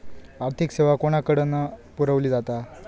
आर्थिक सेवा कोणाकडन पुरविली जाता?